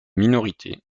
minorité